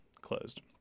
closed